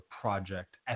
project